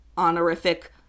honorific